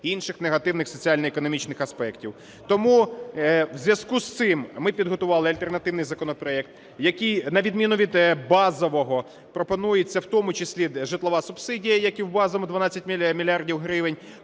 інших негативних соціально-економічних аспектів. Тому в зв'язку з цим ми підготували альтернативний законопроект, яким на відміну від базового пропонується: в тому числі житлова субсидії, як і в базовому, 12 мільярдів